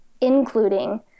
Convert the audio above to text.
including